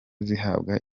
zihabwa